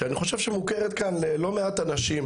שאני חושב שמוכרת כאן ללא מעט אנשים,